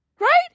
Right